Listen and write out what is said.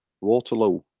Waterloo